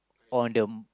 on the